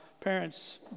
parents